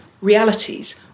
realities